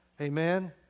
Amen